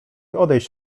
odejść